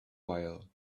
while